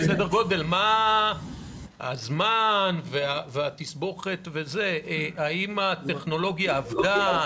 הזמן והתסבוכת, האם הטכנולוגיה עבדה?